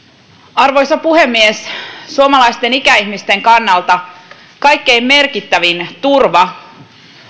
arvoisa puhemies suomalaisten ikäihmisten kannalta kaikkein merkittävin turva